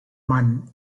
mann